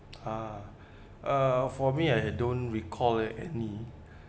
ah uh for me I don't recall any